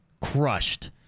Crushed